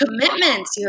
commitments